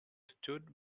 stood